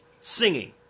singing